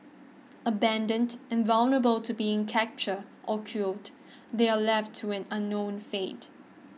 abandoned and vulnerable to being captured or culled they are left to an unknown fate